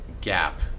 gap